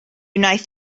wnaeth